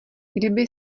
kdyby